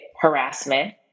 harassment